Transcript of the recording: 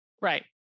Right